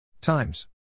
times